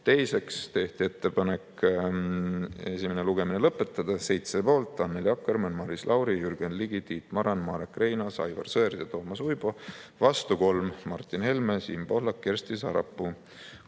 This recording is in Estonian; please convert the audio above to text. Teiseks tehti ettepanek esimene lugemine lõpetada. 7 poolt: Annely Akkermann, Maris Lauri, Jürgen Ligi, Tiit Maran, Marek Reinaas, Aivar Sõerd ja Toomas Uibo, 3 vastu: Martin Helme, Siim Pohlak ja Kersti Sarapuu.